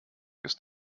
ist